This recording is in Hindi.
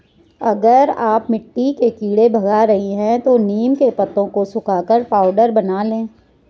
अगर आप मिट्टी से कीड़े भगा रही हैं तो नीम के पत्तों को सुखाकर पाउडर बना लें